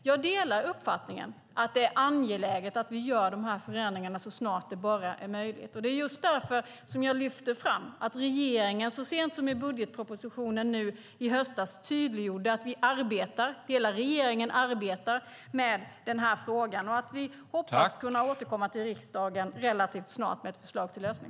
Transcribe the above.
Jag delar uppfattningen att det är angeläget att vi gör de här förändringarna så snart det bara är möjligt. Det är just därför som jag lyfter fram att regeringen så sent som i budgetpropositionen i höstas tydliggjorde att hela regeringen arbetar med den här frågan och att vi hoppas kunna återkomma till riksdagen relativt snart med ett förslag till lösning.